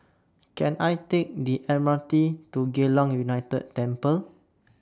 Can I Take The M R T to Geylang United Temple